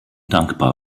dankbar